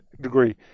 degree